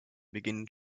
beginnen